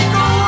go